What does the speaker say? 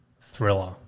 thriller